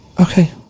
Okay